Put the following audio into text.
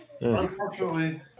Unfortunately